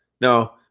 No